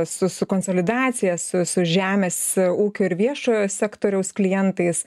su su konsolidacija su su žemės ūkio ir viešojo sektoriaus klientais